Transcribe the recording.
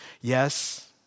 Yes